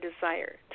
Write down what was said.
desire